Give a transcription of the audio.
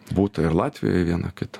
būta ir latvijoj vieno kito